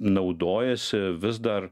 naudojasi vis dar